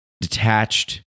detached